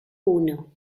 uno